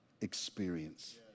experience